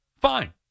Fine